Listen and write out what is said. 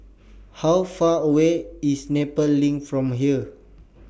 How Far away IS Nepal LINK from here